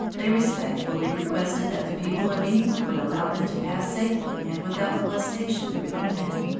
they respectfully requested that the people of england would allow them to pass safely and without molestation through the land,